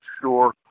sure